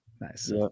Nice